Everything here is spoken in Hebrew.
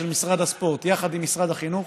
של משרד הספורט יחד עם משרד החינוך,